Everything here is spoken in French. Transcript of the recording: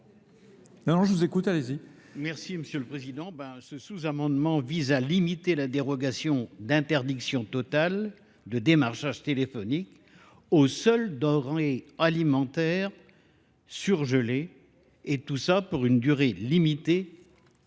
Merci, M. le Président. Ce sous-amendement vise à limiter la dérogation d'interdiction totale de démarchage téléphonique au seul rang alimentaire surgelé, et tout ça pour une durée limitée